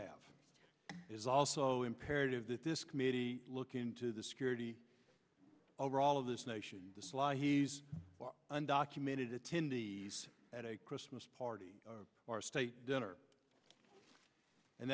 have is also imperative that this committee look into the security overall of this nation the sly he's undocumented attendees at a christmas party or a state dinner and